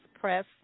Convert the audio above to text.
press